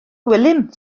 gwilym